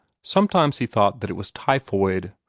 sometimes he thought that it was typhoid,